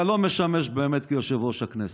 אתה לא משמש באמת כיושב-ראש הכנסת.